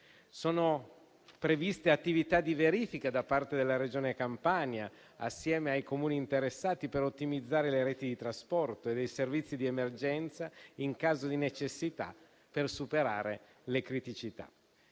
Sono previste attività di verifica da parte della Regione Campania insieme ai Comuni interessati per ottimizzare le reti di trasporto e dei servizi di emergenza in caso di necessità, per superare le criticità.